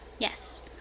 Yes